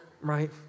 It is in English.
right